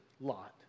Lot